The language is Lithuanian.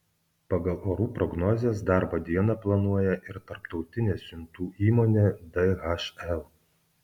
pagal orų prognozes darbo dieną planuoja ir tarptautinė siuntų įmonė dhl